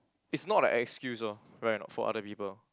it's not an excuse lor correct or not for other people